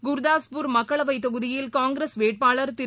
குர்தாஸ்பூர் மக்களவை தொகுதியில் காங்கிரஸ் வேட்பாளர் திரு